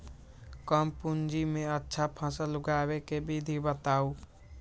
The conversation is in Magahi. कम पूंजी में अच्छा फसल उगाबे के विधि बताउ?